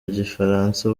igifaransa